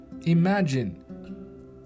Imagine